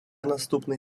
наступний